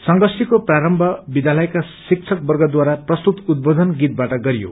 संगोष्ठीको प्रारम्म विद्यालयका शिक्षकवर्गद्वारा प्रस्तुत उदुबोधन गीतबाट गरियो